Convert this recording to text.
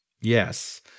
yes